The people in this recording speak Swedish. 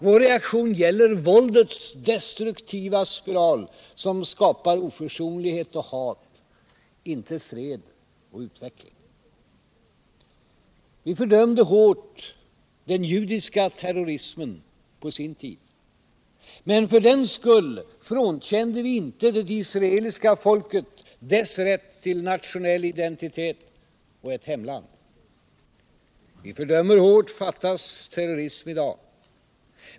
Vår reaktion gäller våldets destruktiva spiral, som skapar oförsonlighet och hat, inte fred och utveckling. Vi fördömde hårt den judiska terrorismen på sin tid. Men för den skull frånkände vi inte det israeliska folket dess rätt till nationell identitet och ett hemland. Vi fördömer hårt Fatahs terrorism i dag.